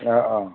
অঁ অঁ